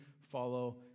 follow